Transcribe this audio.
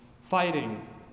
Fighting